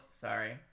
sorry